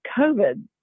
COVID